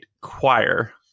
Choir